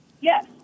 Yes